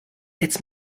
its